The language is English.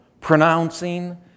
pronouncing